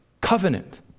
covenant